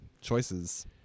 choices